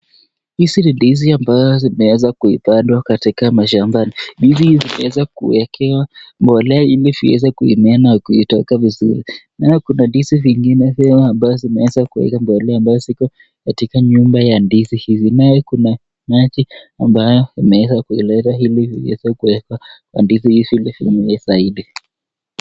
Hizi ni ndizi ambazo zimeweza kupandwa katika mashamba, ndizi imeweza kuwekewa mbolea ili iweze kumea na kutoka vizuri, nayo kuna ndizi zingine ambazo zimeweza kuweka mbolea ambazo ziko katika nyumba ya ndizi hizi, naye kuna maji ambayo imeweza kuleta ili iweze kuwekwa kwa ndizi hizi ili imee zaidi.